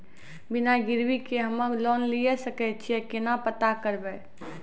बिना गिरवी के हम्मय लोन लिये सके छियै केना पता करबै?